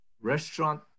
restaurant